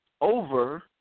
over